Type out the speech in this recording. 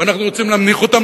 ואנחנו רוצים להנמיך אותם?